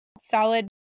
solid